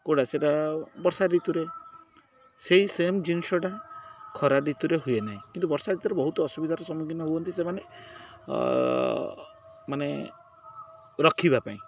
କେଉଁଟା ସେଇଟା ବର୍ଷା ଋତୁରେ ସେହି ସେମ୍ ଜିନିଷଟା ଖରା ଋତୁରେ ହୁଏ ନାହିଁ କିନ୍ତୁ ବର୍ଷା ଋତୁରେ ବହୁତ ଅସୁବିଧାର ସମ୍ମୁଖୀନ ହୁଅନ୍ତି ସେମାନେ ମାନେ ରଖିବା ପାଇଁ